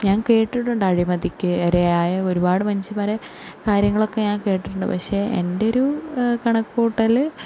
ഞാൻ കേട്ടിട്ടുണ്ട് അഴിമതിക്ക് ഇരയായ ഒരുപാട് മനുഷ്യന്മാര കാര്യങ്ങൾ ഒക്കെ ഞാൻ കേട്ടിട്ടുണ്ട് പക്ഷെ എൻ്റെ ഒരു കണക്ക് കൂട്ടൽ